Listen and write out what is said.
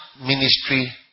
ministry